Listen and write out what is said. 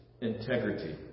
integrity